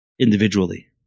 individually